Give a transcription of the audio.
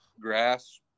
grass